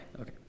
okay